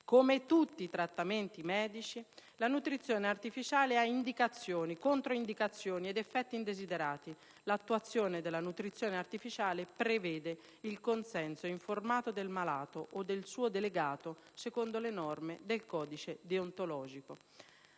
Come tutti i trattamenti medici la nutrizione artificiale ha indicazioni, controindicazioni ed effetti indesiderati. L'attuazione della nutrizione artificiale prevede il consenso informato del malato o del suo delegato, secondo le norme del codice deontologico.